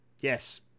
Yes